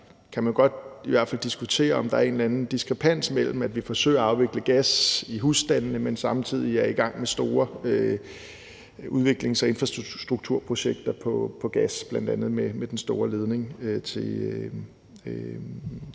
kan man i hvert fald godt diskutere, om der er en eller anden diskrepans imellem, at vi forsøger at afvikle gas i husstande og samtidig er i gang med store udviklings- og infrastrukturprojekter med gas, bl.a. med den store ledning til